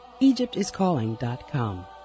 EgyptIsCalling.com